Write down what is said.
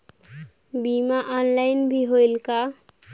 बीमा ऑनलाइन भी होयल का?